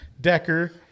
Decker